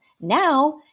Now